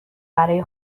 برای